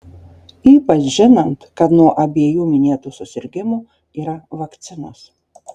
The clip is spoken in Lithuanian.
ypač žinant kad nuo abiejų minėtų susirgimų yra vakcinos